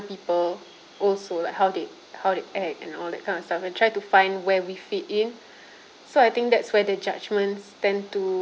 people also like how they how they act and all that kind of stuff and try to find where we fit in so I think that's where the judgments tend to